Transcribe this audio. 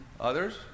Others